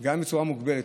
גם אם בצורה מוגבלת,